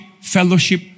fellowship